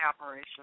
operation